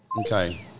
Okay